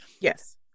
Yes